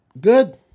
good